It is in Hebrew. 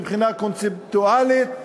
מבחינה קונספטואלית,